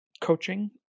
coaching